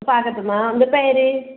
പാക്കത്തു നിന്നാണോ എന്താ പേര്